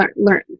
Learn